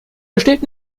besteht